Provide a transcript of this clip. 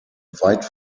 weit